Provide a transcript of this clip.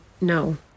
no